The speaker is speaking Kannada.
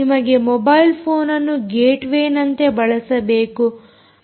ನಿಮಗೆ ಮೊಬೈಲ್ ಫೋನ್ಅನ್ನು ಗೇಟ್ ವೇನಂತೆ ಬಳಸಬೇಕು